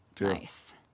Nice